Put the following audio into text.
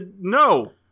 No